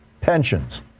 Pensions